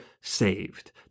saved